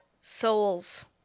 Souls